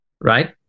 right